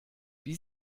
wie